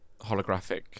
holographic